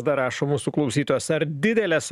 dar rašo mūsų su klausytojas ar didelės